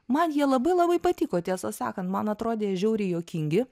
man jie labai labai patiko tiesą sakant man atrodė žiauriai juokingi